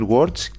Words